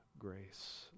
grace